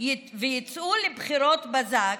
ויצאו לבחירות בזק,